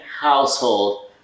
household